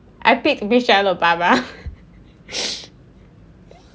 I paid to be michelle obama